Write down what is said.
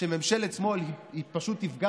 שממשלת שמאל פשוט תפגע